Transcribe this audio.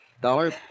Dollar